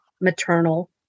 maternal